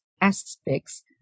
aspects